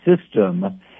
system